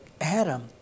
Adam